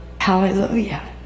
hallelujah